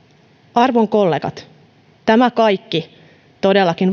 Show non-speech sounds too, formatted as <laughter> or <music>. arvon kollegat tämä kaikki todellakin <unintelligible>